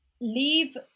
leave